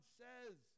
says